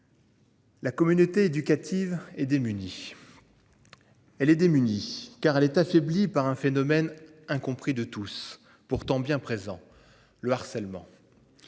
La communauté éducative et démunie. Elle est démunie car elle est affaiblie par un phénomène incompris de tous, pourtant bien présent. Le harcèlement.